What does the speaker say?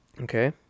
okay